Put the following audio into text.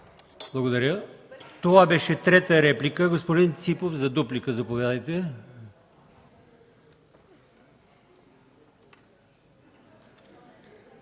Благодаря. Това беше трета реплика. Господин Ципов, заповядайте